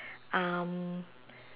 um